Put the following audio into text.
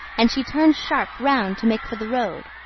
and she turned sharp round to make for the road,